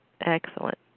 Excellent